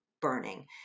burning